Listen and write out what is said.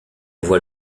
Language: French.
voit